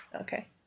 Okay